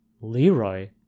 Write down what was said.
Leroy